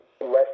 less